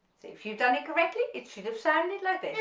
if you've done it correctly it should have sounded like